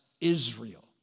Israel